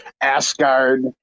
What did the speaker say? Asgard